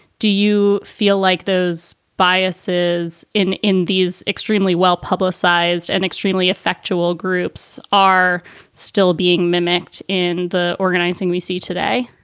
do you feel like those biases in in these extremely well publicized and extremely effectual groups are still being mimicked in the organizing we see today?